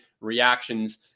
reactions –